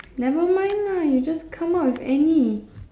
never mind lah you just come up with any